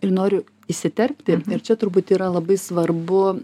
ir noriu įsiterpti ir čia turbūt yra labai svarbu